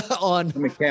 on